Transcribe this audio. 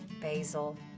basil